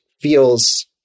feels